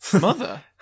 Mother